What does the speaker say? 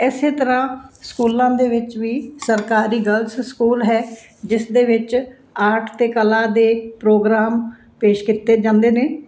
ਐਸੇ ਤਰ੍ਹਾਂ ਸਕੂਲਾਂ ਦੇ ਵਿੱਚ ਵੀ ਸਰਕਾਰੀ ਗਰਲਸ ਸਕੂਲ ਹੈ ਜਿਸ ਦੇ ਵਿੱਚ ਆਰਟ ਤੇ ਕਲਾ ਦੇ ਪ੍ਰੋਗਰਾਮ ਪੇਸ਼ ਕੀਤੇ ਜਾਂਦੇ ਨੇ